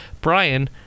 brian